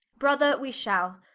brother we shall.